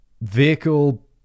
Vehicle